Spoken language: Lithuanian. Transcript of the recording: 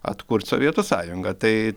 atkurt sovietų sąjungą tai